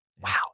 Wow